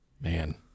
Man